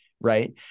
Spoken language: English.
Right